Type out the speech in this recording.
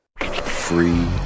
Free